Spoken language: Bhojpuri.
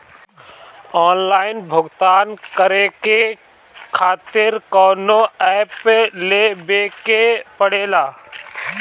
आनलाइन भुगतान करके के खातिर कौनो ऐप लेवेके पड़ेला?